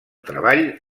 treball